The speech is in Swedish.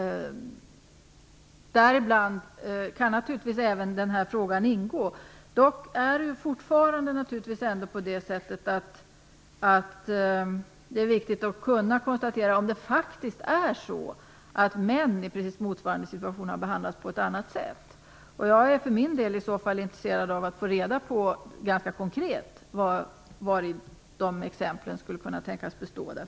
Däri kan naturligtvis också denna fråga ingå. Dock är det fortfarande viktigt att kunna konstatera om det faktiskt är så att män i motsvarande situation har behandlats på ett annat sätt. Jag är för min del intresserad av att få reda på, ganska konkret, vari de exemplen skulle kunna tänkas bestå.